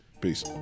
Peace